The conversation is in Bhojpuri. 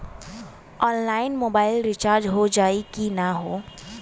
ऑनलाइन मोबाइल रिचार्ज हो जाई की ना हो?